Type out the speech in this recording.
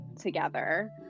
together